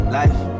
life